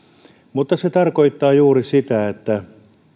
mutta se tarkoittaa juuri sitä että